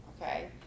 Okay